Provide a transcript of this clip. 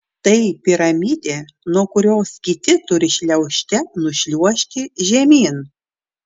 tai piramidė nuo kurios kiti turi šliuožte nušliuožti žemyn